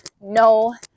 no